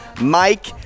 Mike